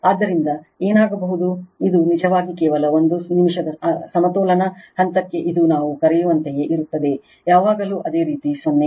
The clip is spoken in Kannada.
ಆದ್ದರಿಂದ ಏನಾಗಬಹುದು ಇದು ನಿಜವಾಗಿ ಕೇವಲ ಒಂದು ನಿಮಿಷದ ಸಮತೋಲನ ಹಂತಕ್ಕೆ ಇದು ನಾವು ಕರೆಯುವಂತೆಯೇ ಇರುತ್ತದೆ ಯಾವಾಗಲೂ ಅದೇ ರೀತಿ 0